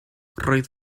roedd